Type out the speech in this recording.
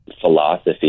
philosophy